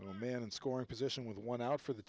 and the man in scoring position with one out for the